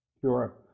Sure